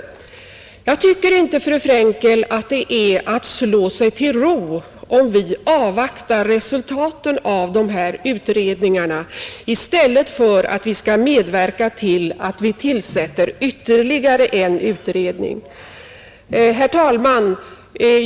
Jag tycker inte, fru Frenkel, att det är att slå sig till ro, om vi avvaktar resultaten av de här utredningarna i stället för att medverka till att tillsätta ytterligare en utredning. Herr talman!